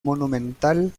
monumental